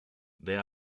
there